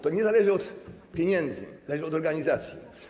To nie zależy od pieniędzy, zależy od organizacji.